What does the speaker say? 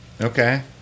Okay